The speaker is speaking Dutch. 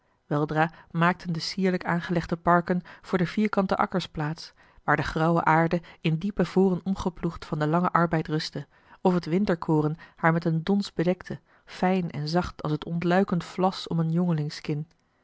weldra maakten de sierlijk aangelegde parken voor de vierkante akkers plaats waar de grauwe aarde in diepe voren omgeploegd van den langen arbeid rustte of het winterkoren haar met een dons bedekte fijn en zacht als het ontluikend vlas om een